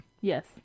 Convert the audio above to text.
Yes